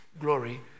glory